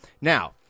Now